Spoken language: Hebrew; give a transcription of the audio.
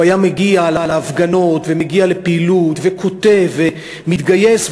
הוא היה מגיע להפגנות ומגיע לפעילות וכותב ומתגייס,